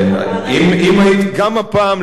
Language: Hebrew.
גם הפעם,